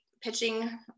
pitching